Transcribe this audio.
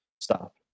stop